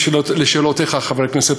לשאלותיך, חבר הכנסת,